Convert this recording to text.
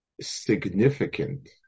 Significant